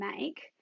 make